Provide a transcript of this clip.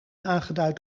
aangeduid